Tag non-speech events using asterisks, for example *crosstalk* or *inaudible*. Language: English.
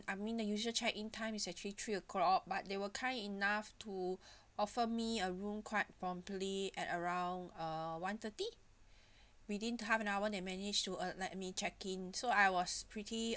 I mean the usual check-in time is actually three o'clock but they were kind enough to *breath* offer me a room quite promptly at around uh one thirty *breath* within half an hour they managed to uh let me check-in so I was pretty